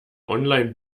online